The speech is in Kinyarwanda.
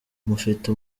mufite